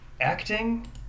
Acting